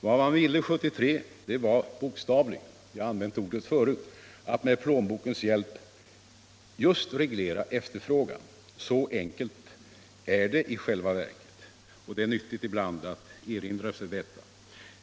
Vad man ville 1973 var att bokstavligen med plånbokens hjälp reglera efterfrågan. Så enkelt är det i själva verket. Det är nyttigt ibland att erinra sig detta.